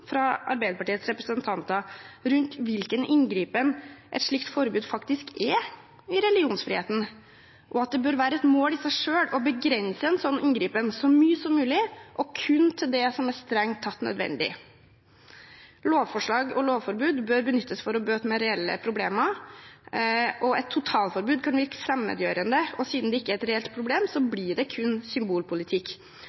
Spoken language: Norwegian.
fra Arbeiderpartiets representanter rundt hvilken inngripen et slikt forbud faktisk er i religionsfriheten, og at det bør være et mål i seg selv å begrense en slik inngripen så mye som mulig, og kun til det som er strengt nødvendig. Lovforslag og lovforbud bør benyttes for å bøte på reelle problemer. Et totalforbud kan virke fremmedgjørende, og siden det ikke er et reelt problem,